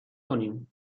کنیم